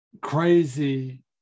crazy